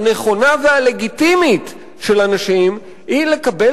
הנכונה והלגיטימית של אנשים היא לקבל